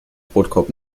brotkorb